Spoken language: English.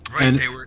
Right